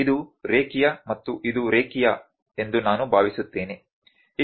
ಇದು ರೇಖೀಯ ಮತ್ತು ಇದು ರೇಖೀಯ ಎಂದು ನಾನು ಭಾವಿಸುತ್ತೇನೆ